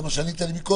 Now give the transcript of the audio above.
זה מה שענית לי מקודם,